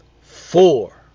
four